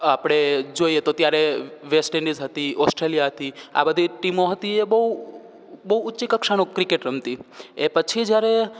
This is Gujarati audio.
આપણે જોઈએ તો ત્યારે વેસ્ટ ઈન્ડિઝ હતી ઑસ્ટ્રેલિયાથી હતી આ બધી ટીમો બહુ ઉચ્ચ કક્ષાનું ક્રિકેટ રમતી એ પછી જ્યારે